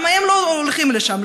למה הם לא הולכים לשם,